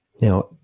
Now